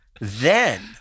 then-